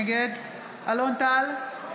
נגד אלון טל,